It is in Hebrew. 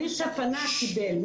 מי שפנה קיבל.